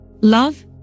Love